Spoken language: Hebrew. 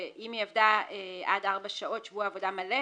ואם היא עבדה עד ארבע שעות שבוע עבודה מלא